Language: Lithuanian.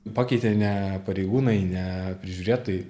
pakeitė ne pareigūnai ne prižiūrėtojai